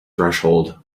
threshold